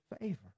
favor